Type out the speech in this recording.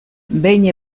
behin